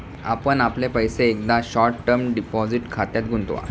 आपण आपले पैसे एकदा शॉर्ट टर्म डिपॉझिट खात्यात गुंतवा